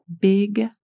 big